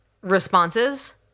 responses